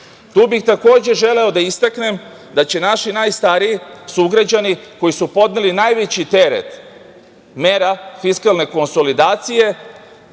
bih, takođe želeo da istaknem da će naši najstariji sugrađani koji su podneli najveći teret mera fiskalne konsolidacije